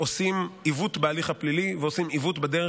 עושים עיוות בהליך הפלילי ועושים עיוות בדרך